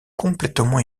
complètement